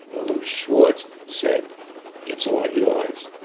lush woods said it's all yeah lies.